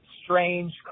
strange